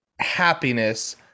happiness